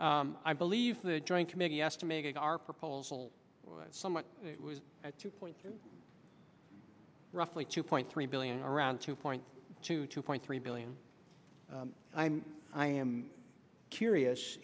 here i believe the joint committee estimated our proposal somewhat at two point roughly two point three billion around two point two two point three billion i am curious